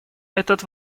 этот